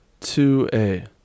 2a